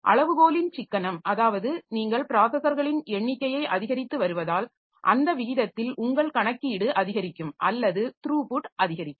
அளவுகோலின் சிக்கனம் அதாவது நீங்கள் ப்ராஸஸர்களின் எண்ணிக்கையை அதிகரித்து வருவதால் அந்த விகிதத்தில் உங்கள் கணக்கீடு அதிகரிக்கும் அல்லது த்ரூபுட் அதிகரிக்கும்